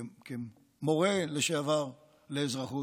כמורה לשעבר לאזרחות,